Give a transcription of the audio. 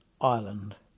Ireland